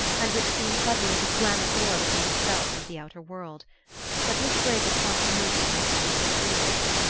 and which seemed suddenly to slam a door between himself and the outer world but this break of continuity must have been of the briefest,